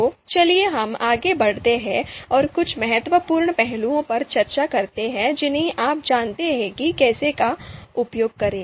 तो चलिए हम आगे बढ़ते हैं और कुछ महत्वपूर्ण पहलुओं पर चर्चा करते हैं जिन्हें आप जानते हैं कि कैसे का उपयोग करें